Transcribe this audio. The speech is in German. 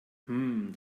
hmm